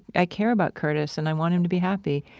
i care about curtis and i want him to be happy.